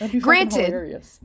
granted